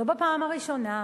לא בפעם הראשונה,